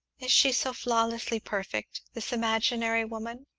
is she so flawlessly perfect this imaginary woman?